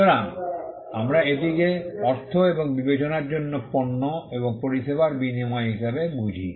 সুতরাং আমরা এটিকে অর্থ এবং বিবেচনার জন্য পণ্য এবং পরিষেবার বিনিময় হিসাবে বুঝি